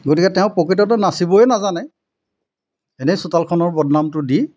গতিকে তেওঁ প্ৰকৃততে নাচিবই নাজানে এনেই চোতালখনৰ বদনামটো দি